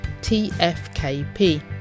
TFKP